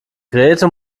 grete